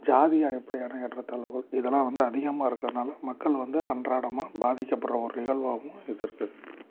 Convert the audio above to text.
ஜாதி அடிப்படையான ஏற்றத்தாழ்வுகள் இதெல்லாம் வந்து அதிகமாக இருக்கறதுனால் மக்கள் வந்து அன்றாடம் பாதிக்கப்படுற ஒரு நிகழ்வாவும் இது இருக்குது